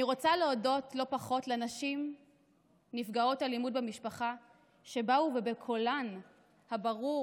אני רוצה להודות לא פחות לנשים נפגעות אלימות במשפחה שבאו ובקולן הברור